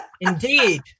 Indeed